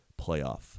playoff